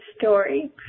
story